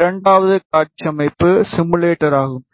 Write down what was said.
இரண்டாவது காட்சி அமைப்பு சிமுலேட்டர் ஆகும்